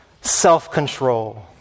self-control